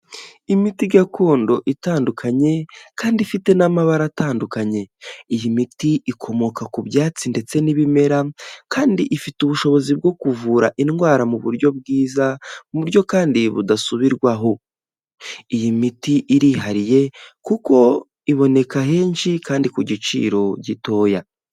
Imiti gakondo itandukanye kandi ifite n'amabara atandukanye. Iyi miti ikomoka ku byatsi ndetse n'ibimera, kandi ifite ubushobozi bwo kuvura indwara mu buryo bwiza, mu buryo kandi budasubirwaho. Iyi miti irihariye kuko iboneka henshi kandi ku giciro gitoya.